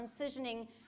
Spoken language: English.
transitioning